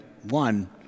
One